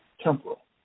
temporal